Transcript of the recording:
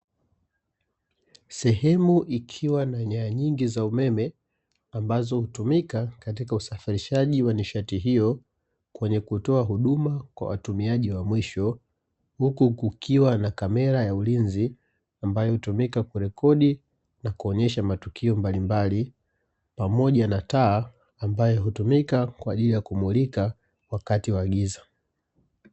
Sehemu ikiwa na nyaya nyingi za umeme ambazo hutumika katika usafirishaji wa nishati hiyo, kwenye kutoa huduma kwa watumiaji wa mwisho. Huku kukiwa na kamera ya ulinzi ambayo hutumika kurekodi na kuonyesha matukio mbalimbali, pamoja na taa ambayo hutumika kwa ajili ya kumulika wakati wa giza.